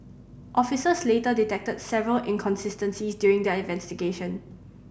officers later detected several inconsistencies during their investigation